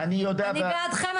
אני בעדכם,